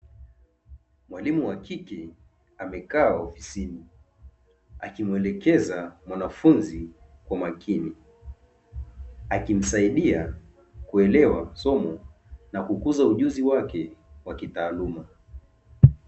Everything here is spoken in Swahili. Mwalimu wa kike amekaa ofisini akimwelekeza mwanafunzi kwa makini, akimsaidia kuelewa somo na kukuza ujuzi wake wa kitaaluma.